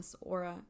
Aura